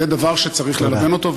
זה דבר שצריך ללבן אותו, תודה.